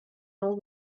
old